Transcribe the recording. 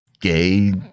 gay